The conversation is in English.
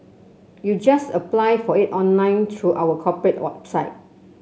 you just apply for it online through our corporate website